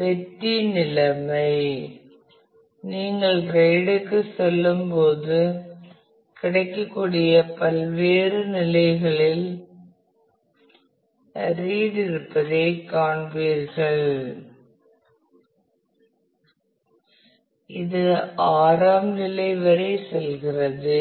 வெற்றி வெற்றி நிலைமை நீங்கள் RAIDக்குச் செல்லும்போது கிடைக்கக்கூடிய பல்வேறு நிலைகளில் ரீட் இருப்பதைக் காண்பீர்கள் இது 6 ஆம் நிலை வரை செல்கிறது